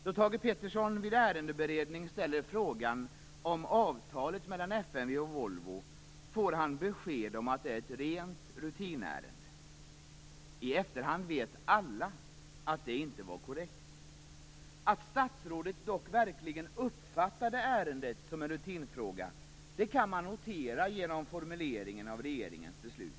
Då Thage Petersson vid ärendeberedningen ställde frågan om avtalet mellan FMV och Volvo fick han besked om att det var ett rent rutinärende. I efterhand vet alla att detta besked inte var korrekt. Att statsrådet dock verkligen uppfattade ärendet som en rutinfråga kan noteras genom formuleringen av regeringens beslut.